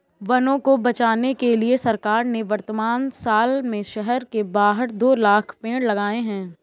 वनों को बचाने के लिए सरकार ने वर्तमान साल में शहर के बाहर दो लाख़ पेड़ लगाए हैं